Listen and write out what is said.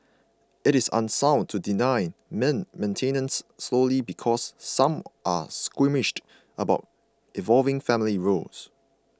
it is unsound to deny men maintenance solely because some are squeamish about evolving family roles